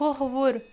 کھہوُر